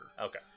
Okay